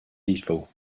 evil